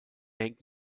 hängt